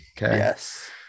Yes